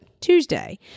Tuesday